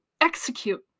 execute